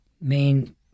main